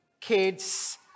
kids